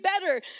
better